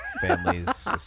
families